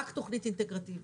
רק תוכנית אינטגרטיבית,